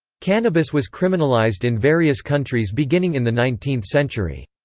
cannabis was criminalized in various countries beginning in the nineteenth century.